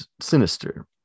sinister